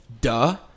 Duh